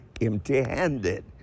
empty-handed